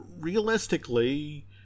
realistically